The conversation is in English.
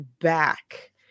back